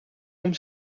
boom